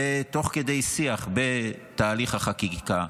תוך כדי שיח בתהליך החקיקה,